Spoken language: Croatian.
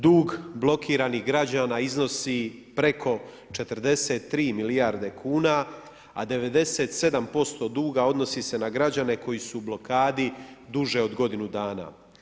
Dug blokiranih građana iznosi preko 43 milijarde kuna a 97% duga odnosi se na građane koji su blokadi duže od godine dana.